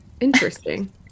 interesting